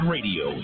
Radio